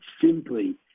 simply